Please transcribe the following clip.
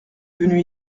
venu